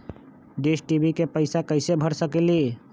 Dish TV के पैईसा कईसे भर सकली?